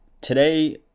today